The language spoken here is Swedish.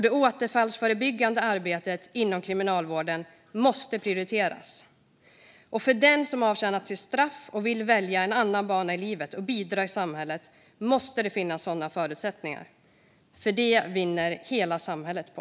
Det återfallsförebyggande arbetet inom Kriminalvården måste prioriteras, och för den som avtjänat sitt straff och vill välja en annan bana i livet och bidra i samhället måste det finnas sådana förutsättningar. Det vinner hela samhället på.